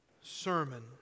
sermon